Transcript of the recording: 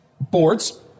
boards